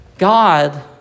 God